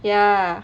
ya